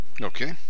okay